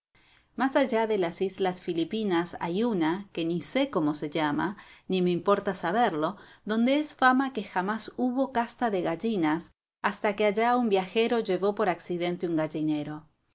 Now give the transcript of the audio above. más allá de las islas filipinas hay una que ni sé cómo se llama ni me importa saberlo donde es fama que jamás hubo casta de gallinas hasta que allá un viajero llevó por accidente un gallinero